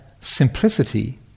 simplicity